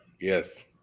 Yes